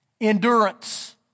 Endurance